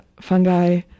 fungi